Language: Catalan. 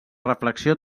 reflexió